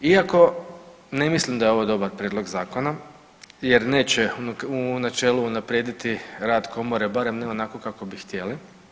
Iako, ne mislim da je ovo dobar prijedlog zakona, jer neće u načelu unaprijediti rad komore, barem ne onako kako bi htjeli.